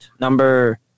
number